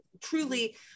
truly